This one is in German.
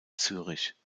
zürich